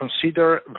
Consider